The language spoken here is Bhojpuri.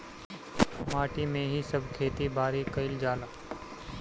माटी में ही सब खेती बारी कईल जाला